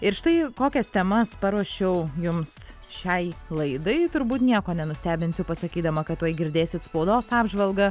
ir štai kokias temas paruošiau jums šiai laidai turbūt nieko nenustebinsiu pasakydama kad tuoj girdėsit spaudos apžvalgą